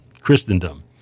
Christendom